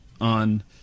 on